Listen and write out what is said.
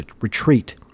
retreat